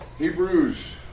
Hebrews